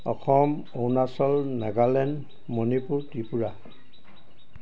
Assam Arunachal Nagaland Manipur Tripura